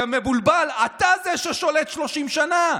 יא מבולבל, אתה זה ששולט 30 שנה.